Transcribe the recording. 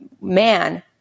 man